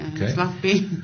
Okay